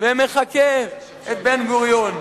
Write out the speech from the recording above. ומחקה את בן-גוריון.